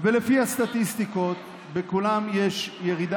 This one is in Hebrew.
לפי הסטטיסטיקות, בכולן יש ירידה.